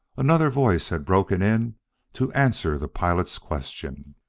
another voice had broken in to answer the pilot's question.